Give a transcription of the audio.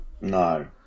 No